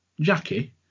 Jackie